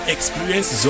Experience